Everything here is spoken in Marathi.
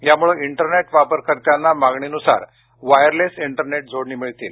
यामुळे इंटरनेट वापरकर्त्यांना मागणीनुसार वायरलेस इंटरनेट जोडणी मिळतील